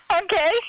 Okay